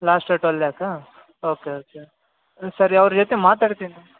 last rate twelve ಲ್ಯಾಕಾ okay okay ಸರಿ ಅವ್ರ ಜೊತೆ ಮಾತಾಡ್ತೀನಿ